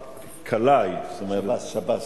רב-כלאי, זאת אומרת --- שב"ס.